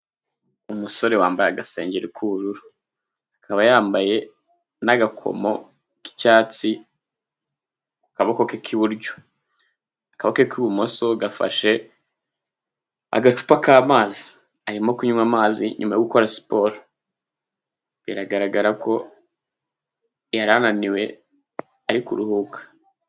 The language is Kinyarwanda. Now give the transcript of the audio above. Umusore wambaye agasengeri k'ubururu, akaba yambaye n'agakomo k'icyatsi ku kaboko ke k'iburyo, akaboko k'ibumoso gafashe agacupa k'amazi arimo kunywa amazi inyuma yo gukora siporo, biragaragara ko yari ananiwe ari kuruhuka.